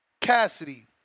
Cassidy